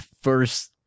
first